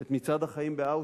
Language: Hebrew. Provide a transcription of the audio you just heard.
את "מצעד החיים" באושוויץ?